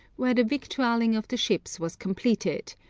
where the victualling of the ships was completed,